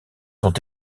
sont